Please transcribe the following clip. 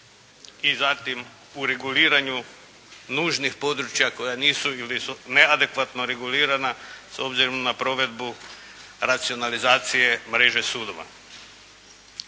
i zatim u reguliranju nužnih područja koja nisu ili su neadekvatno regulirana s obzirom na provedbu racionalizacije mreže sudova.